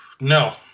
No